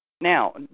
Now